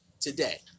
today